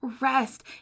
rest